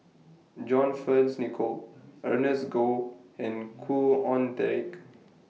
John Fearns Nicoll Ernest Goh and Khoo Oon Teik